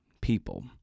people